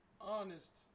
honest